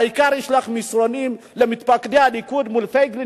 העיקר ישלח מסרונים למתפקדי הליכוד מול פייגלין,